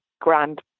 grand